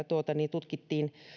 tutkittiin